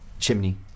Chimney